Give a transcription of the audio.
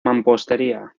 mampostería